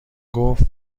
گفت